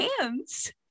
hands